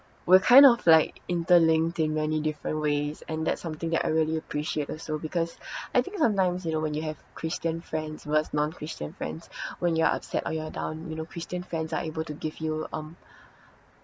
we're kind of like interlinked in many different ways and that's something that I really appreciate also because I think sometimes you know when you have christian friends vers non-christian friends when you're upset or you're down you know christian friends are able to give you um